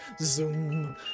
zoom